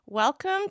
Welcome